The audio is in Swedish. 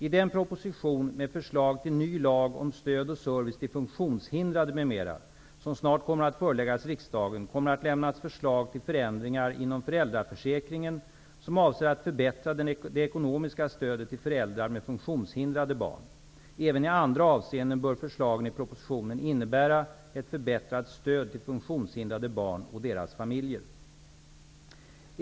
I den proposition med förslag till ny lag om stöd och service till funktionshindrade, m.m. som snart kommer att föreläggas riksdagen kommer att lämnas förslag till förändringar inom föräldraförsäkringen som avser att förbättra det ekonomiska stödet till föräldrar med funktionshindrade barn. Även i andra avseenden bör förslagen i propositionen innebära ett förbättrat stöd till funktionshindrade barn och deras familjer.